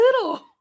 little